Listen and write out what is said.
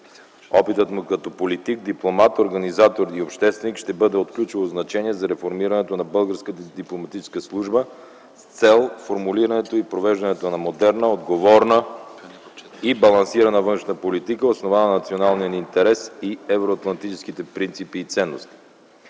Опитът му като политик, дипломат, организатор и общественик, ще бъде от ключово значение за реформирането на българската дипломатическа служба с цел формулирането и провеждането на модерна, отговорна и балансирана външна политика, основана на националния ни интерес и евроатлантическите принципи и ценности.